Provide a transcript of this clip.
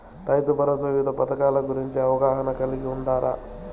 రైతుభరోసా వివిధ పథకాల గురించి అవగాహన కలిగి వుండారా?